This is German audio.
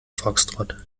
foxtrott